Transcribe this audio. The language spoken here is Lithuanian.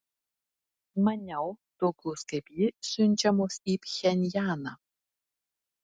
maniau tokios kaip ji siunčiamos į pchenjaną